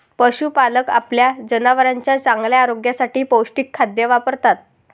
पशुपालक आपल्या जनावरांच्या चांगल्या आरोग्यासाठी पौष्टिक खाद्य वापरतात